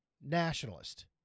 nationalist